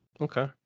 okay